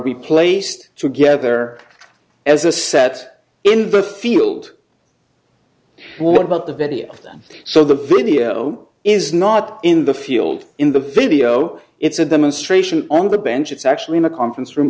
replaced together as a set in the field what about the video so the video is not in the field in the video it's a demonstration on the bench it's actually in a conference room